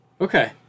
Okay